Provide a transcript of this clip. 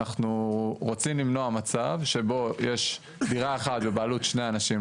אנחנו רוצים למנוע מצב שבו יש דירה אחת בבעלות שני אנשים,